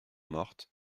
morte